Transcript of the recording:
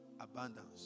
abundance